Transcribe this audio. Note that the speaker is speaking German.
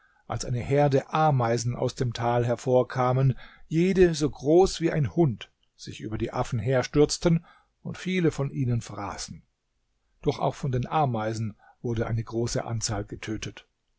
als eine herde ameisen aus dem tal hervorkamen jede so groß wie ein hund sich über die affen herstürzten und viele von ihnen fraßen doch auch von den ameisen wurde eine große anzahl getötet